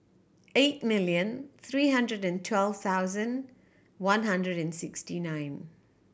eight million three hundred and twelve thousand one hundred and sixty nine